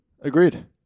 Agreed